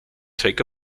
take